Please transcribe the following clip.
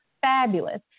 fabulous